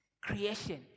creation